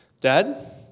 dad